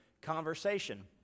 conversation